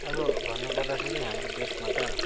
अब भन्नुपर्दाखेरि हाम्रो देशमा त